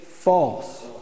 False